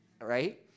right